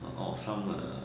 or some err